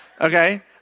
okay